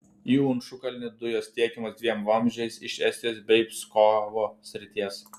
į inčukalnį dujos tiekiamos dviem vamzdžiais iš estijos bei pskovo srities